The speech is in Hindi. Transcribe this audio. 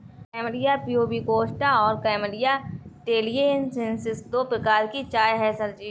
कैमेलिया प्यूबिकोस्टा और कैमेलिया टैलिएन्सिस दो प्रकार की चाय है सर जी